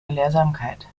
gelehrsamkeit